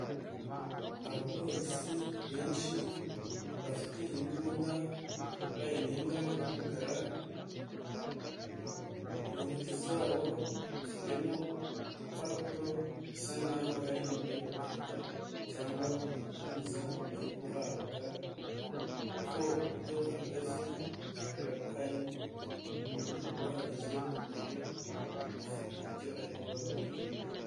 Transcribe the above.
Abapolisi benshi bafite imbunda bambaye imyenda y'umukara, mu ntoki zabo bafitemo udupapuro basa nk'aho hari ibintu bari kwandika cyangwa amabwiriza bari guhabwa uko uburyo buhagaze bigaragara ko hari umuntu ubahagaze imbere afite icyo ari kubabwira.